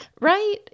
Right